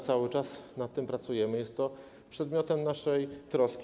Cały czas nad tym pracujemy, jest to przedmiotem naszej troski.